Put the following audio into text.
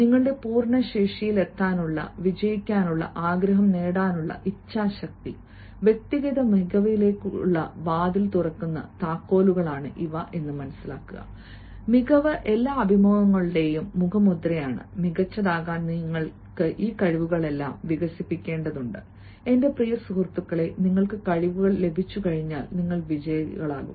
നിങ്ങളുടെ പൂർണ്ണ ശേഷിയിലെത്താനുള്ള വിജയിക്കാനുള്ള ആഗ്രഹം നേടാനുള്ള ഇച്ഛാശക്തി വ്യക്തിഗത മികവിലേക്കുള്ള വാതിൽ തുറക്കുന്ന താക്കോലുകളാണ് ഇവ മികവ് എല്ലാ അഭിമുഖങ്ങളുടെയും മുഖമുദ്രയാണ് മികച്ചതാകാൻ നിങ്ങൾ ഈ കഴിവുകളെല്ലാം വികസിപ്പിക്കേണ്ടതുണ്ട് എന്റെ പ്രിയ സുഹൃത്തേ നിങ്ങൾക്ക് കഴിവുകൾ ലഭിച്ചുകഴിഞ്ഞാൽ നിങ്ങൾ വിജയിയാകും